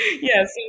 Yes